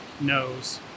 knows